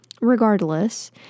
regardless